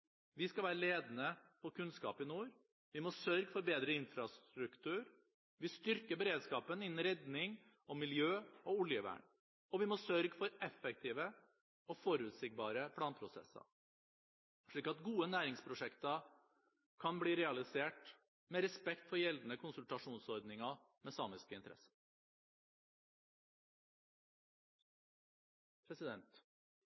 Vi skal være ledende på kunnskap i nord. Vi må sørge for bedre infrastruktur. Vi styrker beredskapen innen redning og miljø- og oljevern. Og vi må sørge for effektive og forutsigbare planprosesser, slik at gode næringsprosjekter kan bli realisert, med respekt for gjeldende konsultasjonsordninger med samiske